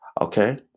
Okay